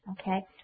okay